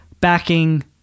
backing